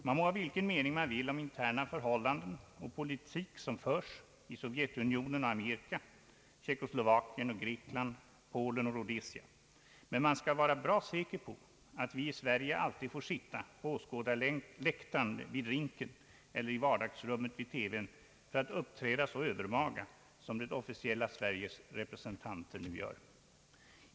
Man må ha vilken mening man vill om interna förhållanden och den politik som förs i Sovjetunionen och Amerika, Tjeckoslovakien och Grekland, Polen och Rhodesia. Men man skall vara bra säker på att vi i Sverige alltid får sitta på åskådarläktaren, vid rinken eller i vardagsrummet vid TV:n för att uppträda så övermaga som det officiella Sveriges representanter nu gör.